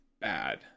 bad